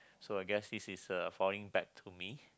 so I guess this is uh falling back to me